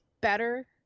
better